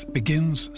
begins